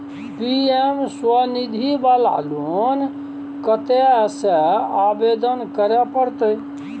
PM Svanidhi वाला loan कत्ते से आवेदन करे परतै?